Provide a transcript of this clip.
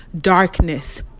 darkness